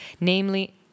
namely